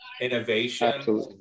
innovation